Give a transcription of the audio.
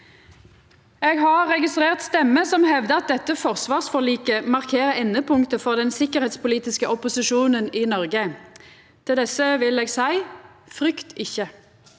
Eg har registrert stemmer som hevdar at dette forsvarsforliket markerer endepunktet for den sikkerheitspolitiske opposisjonen i Noreg. Til desse vil eg seia: Frykt ikkje!